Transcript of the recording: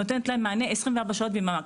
נותנת להם מענה 24 שעות ביממה.